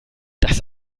das